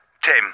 Tim